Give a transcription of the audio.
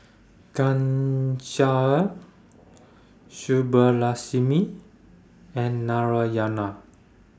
Ghanshyam Subbulakshmi and Narayana